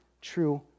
true